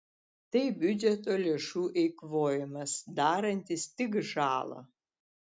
tai biudžeto lėšų eikvojimas darantis tik žalą